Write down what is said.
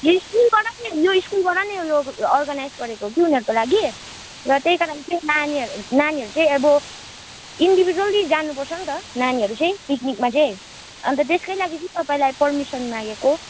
यो स्कुलबाट नै यो स्कुलबाट नै यो अर्गनाइज गरेको उनीहरूको लागि र त्यही कारण चाहिँ नानीहरू नानीहरू चाहिँ अब इन्डिभिज्वली जानुपर्छ नि त नानीहरू चाहिँ पिकनिकमा चाहिँ अन्त त्यसकै लागि तपाईँलाई पर्मिसन मागेको